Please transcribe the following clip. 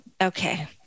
Okay